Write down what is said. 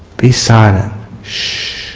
be silent shhh